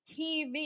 TV